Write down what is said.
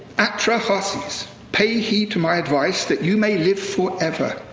atra-hasis, pay heed to my advice that you may live forever.